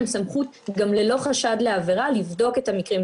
להם יש סמכות גם ללא חשד לעבירה לבדוק את המקרים,